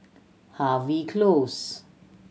Harvey Close